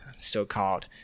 so-called